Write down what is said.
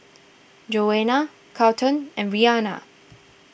Joana Charlton and Rianna